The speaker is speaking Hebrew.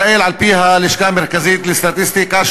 על-פי הלשכה המרכזית לסטטיסטיקה,